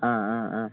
ആ ആ ആ